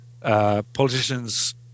Politicians